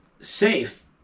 safe